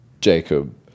Jacob